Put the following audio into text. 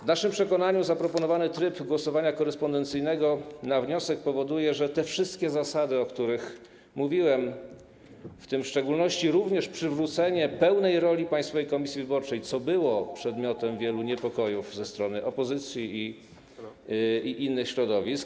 W naszym przekonaniu zaproponowany tryb głosowania korespondencyjnego na wniosek powoduje, że te wszystkie zasady, o których mówiłem, w szczególności przywrócenie pełnej roli Państwowej Komisji Wyborczej, co było przedmiotem wielu niepokojów ze strony opozycji i innych środowisk.